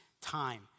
time